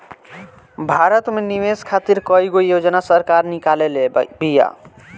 भारत में निवेश खातिर कईगो योजना सरकार निकलले बिया